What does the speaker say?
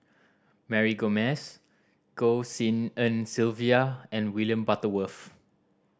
Mary Gomes Goh Tshin En Sylvia and William Butterworth